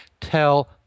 tell